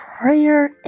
prayer